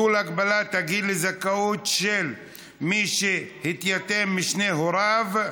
(ביטול הגבלת הגיל לזכאות של מי שהתייתם משני הוריו),